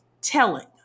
telling